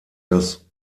das